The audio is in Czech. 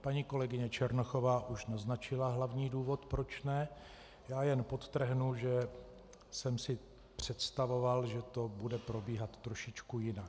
Paní kolegyně Černochová už naznačila hlavní důvod proč ne, já jen podtrhnu, že jsem si představoval, že to bude probíhat trošičku jinak.